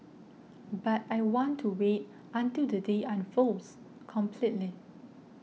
but I want to wait until the day unfolds completely